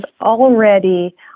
already